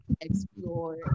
explore